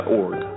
.org